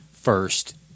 first